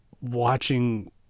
watching